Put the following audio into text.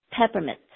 peppermint